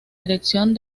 dirección